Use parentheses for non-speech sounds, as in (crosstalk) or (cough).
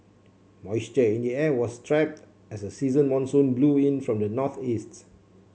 moisture in the air was trapped as a season monsoon blew in from the northeast (noise)